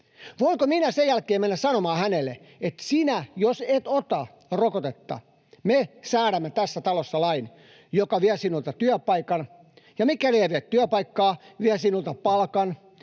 Voinko minä sen jälkeen mennä sanomaan hänelle, että jos sinä et ota rokotetta, me säädämme tässä talossa lain, joka vie sinulta työpaikan, ja mikäli ei vie työpaikkaa, vie sinulta palkan,